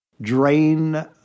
drain